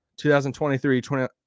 2023